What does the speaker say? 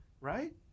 right